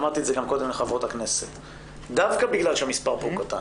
אמרתי את זה קודם, דווקא בגלל שהמספר קטן,